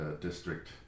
district